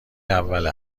اول